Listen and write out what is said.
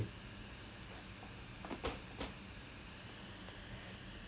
ஆமாம் ஆமாம்:aamaam aamaam I mean band is my babies so அது விட்டுக்கொடுக்க முடியாது:athu vitukodukka mudiyaathu anyways